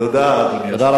תודה,